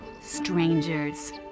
strangers